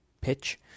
pitch